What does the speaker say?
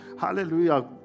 hallelujah